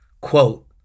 Quote